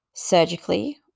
surgically